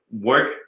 work